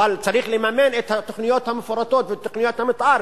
אבל צריך לממן את התוכניות המפורטות ותוכניות המיתאר,